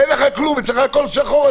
אצלך הכול שחור.